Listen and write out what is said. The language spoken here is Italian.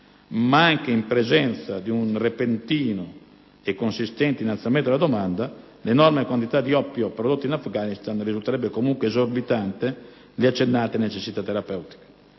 Ma anche in presenza di un repentino e consistente innalzamento della domanda, l'enorme quantità di oppio prodotta in Afghanistan risulterebbe comunque esorbitante rispetto alle accennate necessità terapeutiche.